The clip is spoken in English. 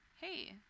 hey